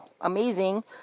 Amazing